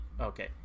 okay